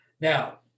Now